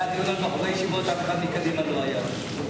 היה דיון על בחורי ישיבות ואף אחד מקדימה לא היה.